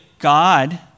God